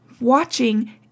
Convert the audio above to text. watching